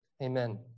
amen